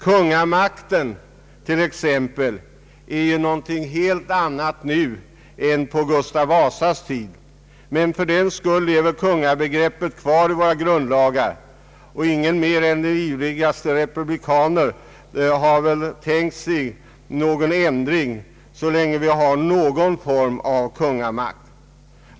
Kungamakten t.ex. är ju någonting helt annat nu än på Gustav Vasas tid, men ändå lever kungabegreppet kvar i våra grundlagar, och ingen mer än de ivrigaste republikanerna har väl tänkt sig någon ändring så länge vi har någon form av kungamakt.